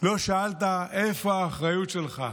לא שאלת איפה האחריות שלך.